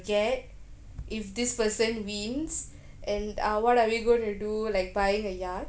get if this person wins and uh what are we going to do like buying a yacht